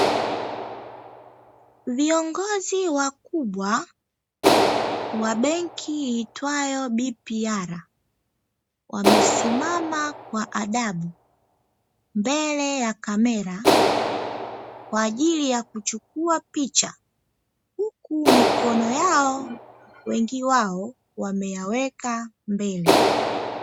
Viongozi wakubwa wa benki iitwayo "BPR", wamesimama kwa adabu mbele ya kamera kwa ajili ya kuchukua picha, Huku mikono yao wengi wao wakiwa wameiweka mbele.